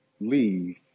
leave